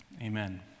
amen